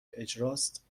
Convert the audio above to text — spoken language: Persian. اجراست